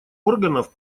органов